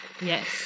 Yes